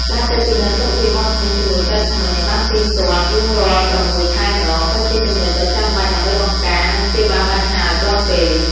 ការទៅពិនិត្យសុខភាពមាត់ធ្មេញជាមួយពេទ្យធ្មេញឱ្យបានទៀងទាត់រៀងរាល់៦ខែម្តង ក៏ជាចំណុចដ៏ចាំបាច់ដើម្បីបង្ការ និងព្យាបាលបញ្ហាឱ្យទាន់ពេល។